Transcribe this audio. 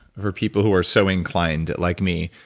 for people who are so inclined, like me,